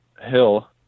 hill